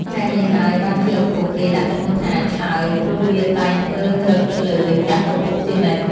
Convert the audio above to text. ហេតុនេះហើយបានជាឪពុកគេដាក់ឈ្មោះថា ឆើយ ព្រោះវាតែងធ្វើឫកឈ្លើយដាក់ឪពុកជានិច្ច ។